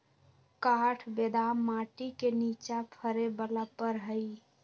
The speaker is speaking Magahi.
काठ बेदाम माटि के निचा फ़रे बला फ़र हइ